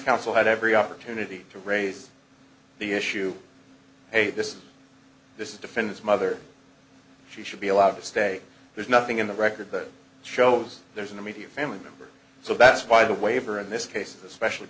counsel had every opportunity to raise the issue a this this is defend his mother she should be allowed to stay there's nothing in the record that shows there's an immediate family member so that's why the waiver in this case especially